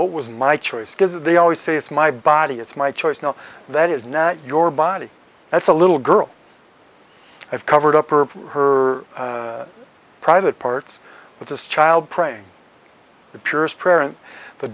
what was my choice because they always say it's my body it's my choice now that is not your body that's a little girl i've covered up or her private parts with this child praying the purest parent the